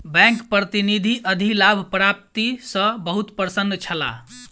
bank प्रतिनिधि अधिलाभ प्राप्ति सॅ बहुत प्रसन्न छला